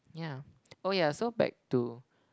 yeah oh yeah so back to